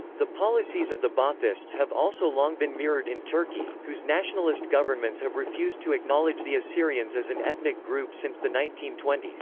the policies of the baathists have also long been mirrored in turkey, whose nationalist governments have refused to acknowledge the assyrians as an ethnic group since the nineteen twenty s,